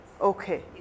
Okay